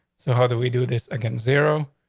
so how do we do this again? zero,